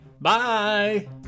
Bye